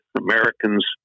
Americans